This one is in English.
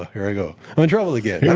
here i go, i'm in trouble again. yeah